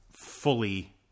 fully